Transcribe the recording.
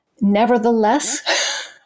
nevertheless